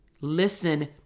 listen